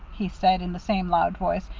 he said, in the same loud voice.